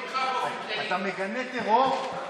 אני מגנה אותך באופן כללי.